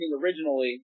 originally